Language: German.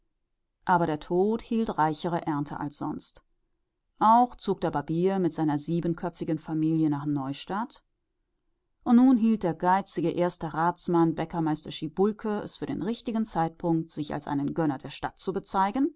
aber der tod hielt reichere ernte als sonst auch zog der barbier mit seiner siebenköpfigen familie nach neustadt und nun hielt der geizige erste ratsmann bäckermeister schiebulke es für den richtigen zeitpunkt sich als einen gönner der stadt zu bezeigen